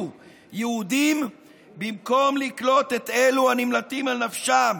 יהודים במקום לקלוט את אלו הנמלטים על נפשם.